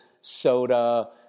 soda